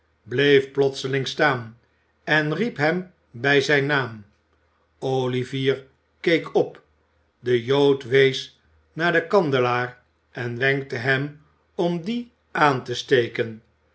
bleef plotseling staan en riep hem bij zijn naam olivier keek op de jood wees naar den kandelaar en wenkte hem om dien aan te steken